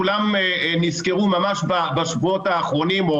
כולם נזכרו ממש בשבועות האחרונים,